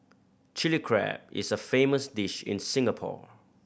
Chilli Crab is a famous dish in Singapore